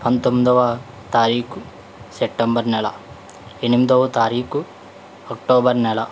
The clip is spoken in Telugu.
పంతొమ్మదొవ తారీకు సెప్టెంబర్ నెల ఎనిమిదవ తారీకు అక్టోబర్ నెల